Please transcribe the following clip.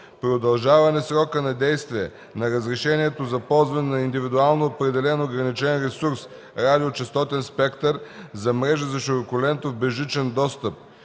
удължаване срока на действие на разрешението за ползване на индивидуално определен ограничен ресурс – радиочестотен спектър за мрежи за широколентов безжичен достъп